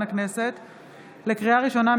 הפקה גדולה,